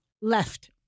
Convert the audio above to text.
left